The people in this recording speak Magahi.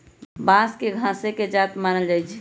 बांस के घासे के जात मानल जाइ छइ